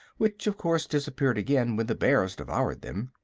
which of course disappeared again when the bears devoured them.